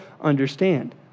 understand